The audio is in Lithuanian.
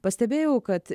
pastebėjau kad